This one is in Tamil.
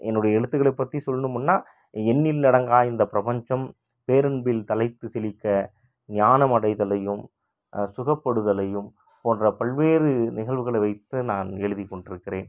என்னுடைய எழுத்துக்கள பற்றி சொல்லணுமுன்னா எண்ணில் அடங்கா இந்த பிரபஞ்சம் பேரன்பில் தழைத்து செழிக்க ஞானம் அடைதலையும் சுகப்படுதலேயும் போன்ற பல்வேறு நிகழ்வுகளை வைத்து நான் எழுதிக்கொண்டிருக்கிறேன்